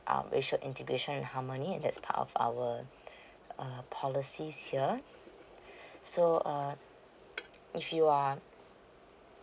ah racial integration and harmony and that's part of our uh policy here so uh if you are